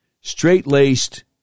straight-laced